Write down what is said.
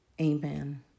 Amen